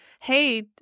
Hey